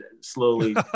slowly